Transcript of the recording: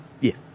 Yes